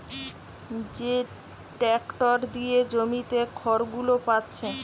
যে ট্যাক্টর দিয়ে জমিতে খড়গুলো পাচ্ছে